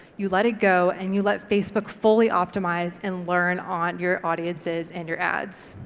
you let it go, and you let facebook fully optimise and learn on your audiences and your ads.